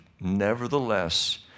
Nevertheless